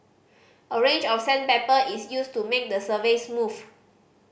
a range of sandpaper is used to make the surface smooth